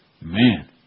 Man